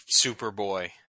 Superboy